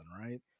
right